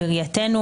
הפלילי,